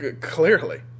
Clearly